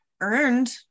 earned